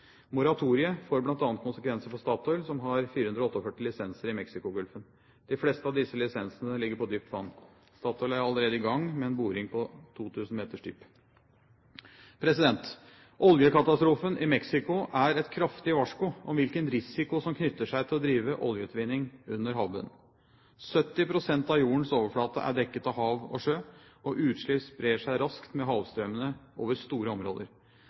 Moratoriet får bl.a. konsekvenser for Statoil, som har 448 lisenser i Mexicogolfen. De fleste av disse lisensene ligger på dypt vann. Statoil er allerede i gang med en boring på 2 000 meters dyp. Oljekatastrofen i Mexicogolfen er et kraftig varsko om hvilken risiko som knytter seg til å drive oljeutvinning under havbunnen. 70 pst. av jordens overflate er dekket av hav og sjø, og utslipp sprer seg raskt med havstrømmene over store områder.